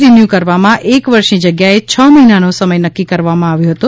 renew કરવામાં એક વર્ષની જગ્યાએ છ મહિનાનો સમય નક્કી કરવામાં આવ્યો હતો